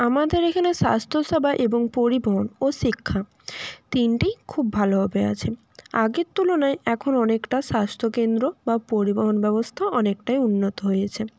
আমাদের এখানে স্বাস্থসেবা এবং পরিবহন ও শিক্ষা তিনটেই খুব ভালোভাবে আছে আগের তুলনায় এখন অনেকটা স্বাস্থ্যকেন্দ্র বা পরিবহন ব্যবস্থা অনেকটাই উন্নত হয়েছে